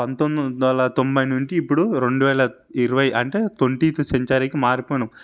పంతొమ్మిదివందల తొంభై నుంటి ఇప్పుడు రెండువేల ఇరవై అంటే ట్వంటీత్ సెంచరీకి మారిపోయినాం